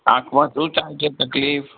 આંખમાં શું ચાલશે તકલીફ